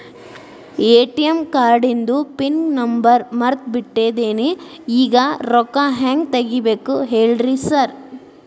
ATM ಕಾರ್ಡಿಂದು PIN number ಮರ್ತ್ ಬಿಟ್ಟಿದೇನಿ ಈಗ ರೊಕ್ಕಾ ಹೆಂಗ್ ತೆಗೆಬೇಕು ಹೇಳ್ರಿ ಸಾರ್